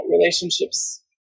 relationships